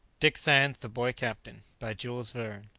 dick sands the boy captain. by jules verne.